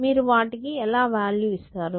మీరు వాటికి ఎలా వాల్యూ ఇస్తారు